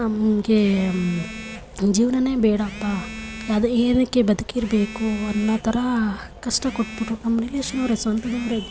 ನಮಗೆ ಈ ಜೀವ್ನವೇ ಬೇಡಪ್ಪಾ ಅದು ಏನಕ್ಕೆ ಬದುಕಿರ್ಬೇಕು ಅನ್ನೋ ಥರ ಕಷ್ಟ ಕೊಟ್ಬಿಟ್ಟರು ನಮ್ಮ ರಿಲೇಷನ್ನವ್ರೇ ಸ್ವಂತದವರೇ